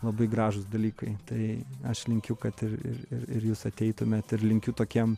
labai gražūs dalykai tai aš linkiu kad ir ir ir jūs ateitumėt ir linkiu tokiem